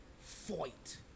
fight